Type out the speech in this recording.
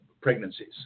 pregnancies